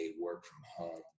work-from-home